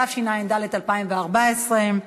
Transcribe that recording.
התשע"ד 2014,